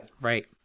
Right